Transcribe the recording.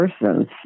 persons